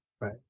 Right